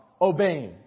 obeying